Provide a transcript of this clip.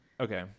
Okay